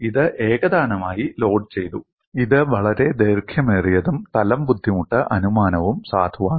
ഇത് ഏകതാനമായി ലോഡുചെയ്തു ഇത് വളരെ ദൈർഘ്യമേറിയതും തലം ബുദ്ധിമുട്ട് അനുമാനവും സാധുവാണ്